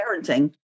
Parenting